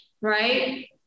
Right